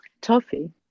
toffee